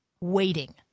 waiting